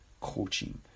coaching